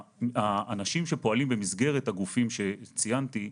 האנשים שפועלים במסגרת הגופים שציינתי,